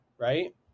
right